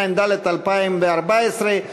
התשע"ד 2014,